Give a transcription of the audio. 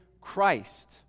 Christ